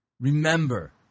Remember